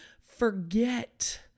forget